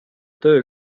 töö